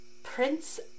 Prince